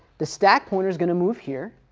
the stack pointer's going to move here,